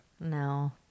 no